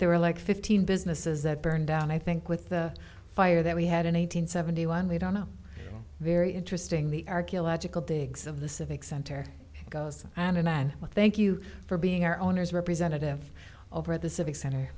there were like fifteen businesses that burned down i think with the fire that we had an eight hundred seventy one we don't know very interesting the archaeological digs of the civic center goes on and on and i thank you for being our owners representative over at the civic center